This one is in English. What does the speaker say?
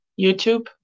YouTube